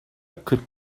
kırk